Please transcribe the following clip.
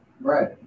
Right